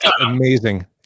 amazing